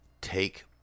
Take